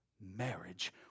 marriage